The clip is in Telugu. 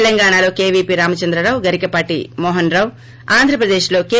తెలంగాణలో కేవీపీ రామచంద్రరావు గరికపాటి మోహన్రావు ఆంధ్రప్రదేశ్లో కె